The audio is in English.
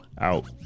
out